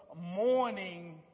morning